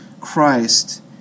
Christ